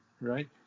right